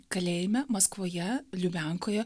kalėjime maskvoje lubiankoje